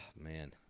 man